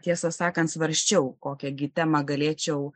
tiesą sakant svarsčiau kokią gi temą galėčiau